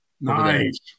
Nice